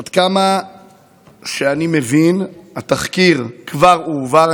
עד כמה שאני מבין, התחקיר כבר הועבר.